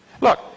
Look